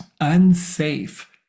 unsafe